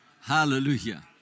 Hallelujah